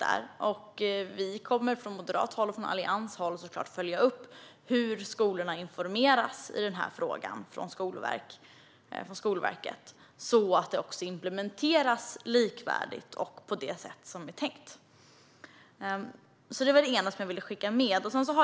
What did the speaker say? Vi kommer naturligtvis att från moderat håll och från Alliansen följa upp hur skolorna informeras av Skolverket i denna fråga, så att det implementeras likvärdigt och på det sätt som är tänkt. Det var det ena som jag vill skicka med.